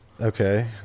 Okay